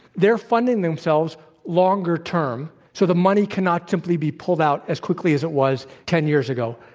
they're funding themselves longer term so the money cannot simply be pulled out as quickly as it was ten years ago.